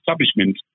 establishment